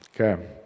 Okay